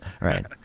Right